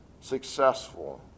successful